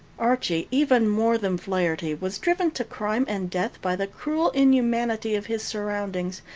archie, even more than flaherty, was driven to crime and death by the cruel inhumanity of his surroundings,